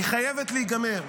היא חייבת להיגמר.